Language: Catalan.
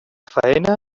faena